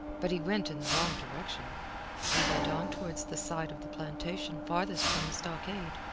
but he went in the wrong direction he went on towards the side of the plantation farthest from the stockade,